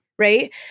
right